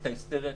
את ההיסטריה,